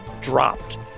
dropped